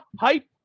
hype